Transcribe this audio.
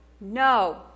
No